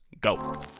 go